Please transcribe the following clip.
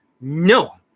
No